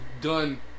done